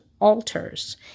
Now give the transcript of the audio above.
Altars